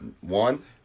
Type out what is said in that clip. One